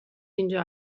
اینجا